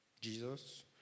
Jesus